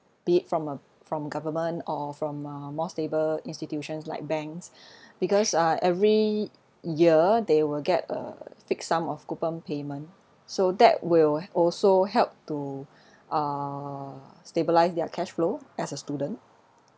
be it from uh from government or from a more stable institutions like banks because uh every year they will get a fixed sum of coupon payment so that will also help to uh stabilse their cash flow as a student